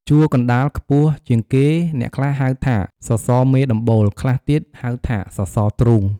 ជួរកណ្តាលខ្ពស់ជាងគេ អ្នកខ្លះហៅ ថាសសរមេដំបូល ខ្លះទៀតហៅថាសសរទ្រូង។